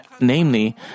Namely